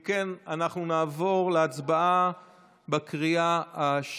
אם כן, אנחנו נעבור להצבעה בקריאה השלישית.